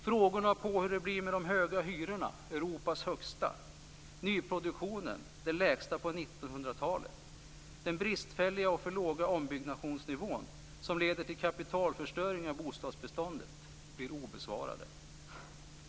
Frågorna om hur det blir med de höga hyrorna - Europas högsta - med nyproduktionen, som är den lägsta på 1900-talet, och med den bristfälliga och för låga ombyggnationsnivån, som leder till kapitalförstöring av bostadsbeståndet, blir obesvarade.